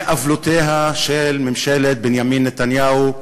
מעוולותיה של ממשלת בנימין נתניהו,